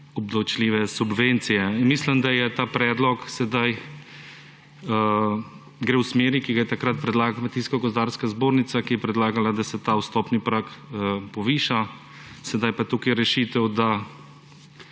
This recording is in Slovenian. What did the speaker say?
obdavčljive subvencije. Mislim, da ta predlog sedaj gre v smeri, ki ga je takrat predlagala Kmetijsko-gozdarska zbornica, ki je predlagala, da se ta vstopni prag poviša. Sedaj je pa tukaj rešitev, da